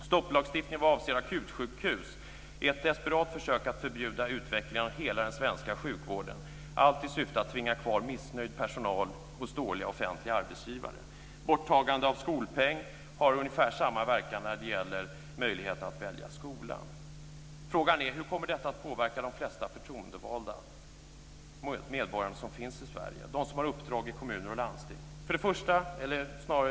Stopplagstiftningen vad avser akutsjukhus är ett desperat försök att förbjuda utvecklingen av hela den svenska sjukvården, allt i syfte att tvinga kvar missnöjd personal hos dåliga offentliga arbetsgivare. Borttagande av skolpeng har ungefär samma verkan när det gäller möjligheten att välja skola. Frågan är hur detta kommer att påverka de flesta förtroendevalda medborgare som finns i Sverige, de som har uppdrag i kommuner och landsting.